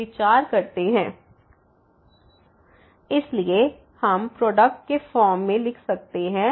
xn11⋅2⋅⋯⋅n1 इसलिए हम प्रोडक्ट के फॉर्म में लिख सकते हैं